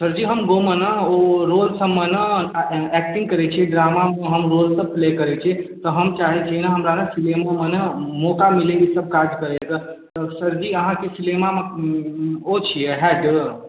सरजी हम गाममे ने ओ रोडसबमे ने एक एक्टिङ्ग करै छी ड्रामा हम ओतऽ प्ले करै छी तऽ हम चाहै छी ने हमरा ने सिनेमोमे ने मौका मिलै ईसब काज करैके तऽ सरजी अहाँके सिनेमामे ओ छिए हेड